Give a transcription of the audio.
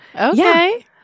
Okay